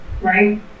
Right